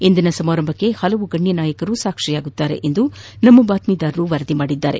ಇಂದಿನ ಸಮಾರಂಭಕ್ಕೆ ಹಲವಾರು ಗಣ್ಯ ನಾಯಕರು ಸಾಕ್ಷಿಯಾಗಲಿದ್ದಾರೆ ಎಂದು ನಮ್ಮ ಬಾತ್ಮೀದಾರರು ವರದಿ ಮಾಡಿದ್ದಾರೆ